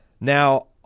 Now